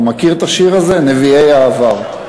אתה מכיר את השיר הזה, "נביאי העבר"?